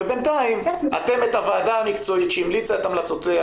ובינתיים אתם את הוועדה המקצועית שהמליצה את המלצותיה